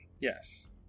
yes